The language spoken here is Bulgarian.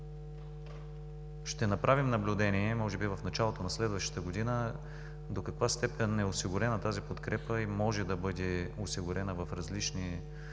Ще направим наблюдение, може би в началото на следващата година, до каква степен е осигурена тази подкрепа, и може да бъде осигурена в различни